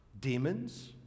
Demons